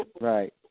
Right